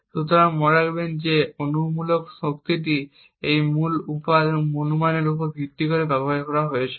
সুতরাং মনে রাখবেন যে এই অনুমানমূলক শক্তিটি একটি মূল অনুমানের উপর ভিত্তি করে ব্যবহৃত হয়েছিল